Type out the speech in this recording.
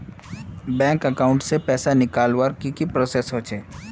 Bank account से पैसा निकालवर की की प्रोसेस होचे?